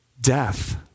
death